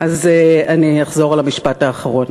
אני אחזור על המשפט האחרון.